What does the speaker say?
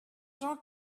jean